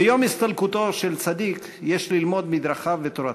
ביום הסתלקותו של צדיק יש ללמוד מדרכיו ותורתו.